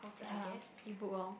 ya e-book lor